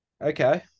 okay